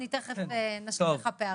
אני תכף אשלים לך פערים.